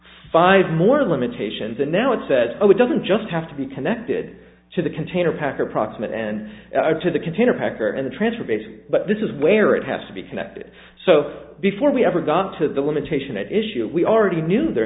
five more limitations and now it says it doesn't just have to be connected to the container packer proximate and to the container packer and the transfer basis but this is where it has to be connected so before we ever got to the limitation that issue we already knew there